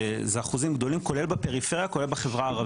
באחוזים גדולים כולל בפריפריה כולל בחברה הערבית.